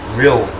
real